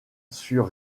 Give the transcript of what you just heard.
sur